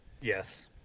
Yes